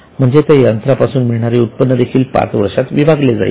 म्हणजे त्या यंत्र पासून मिळणारे उत्पन्न देखील पाच वर्षात विभागले जाईल